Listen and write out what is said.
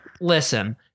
Listen